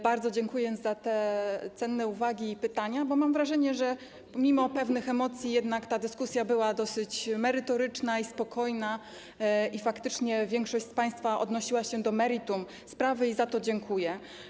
Bardzo dziękuję za te cenne uwagi i pytania, bo mam wrażenie, że pomimo pewnych emocji jednak dyskusja była dosyć merytoryczna i spokojna i faktycznie większość z państwa odnosiła się do meritum sprawy i za to dziękuję.